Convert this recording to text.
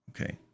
Okay